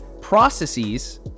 processes